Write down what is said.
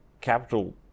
capital